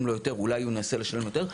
לו יותר אז אולי הוא ינסה לשים יותר.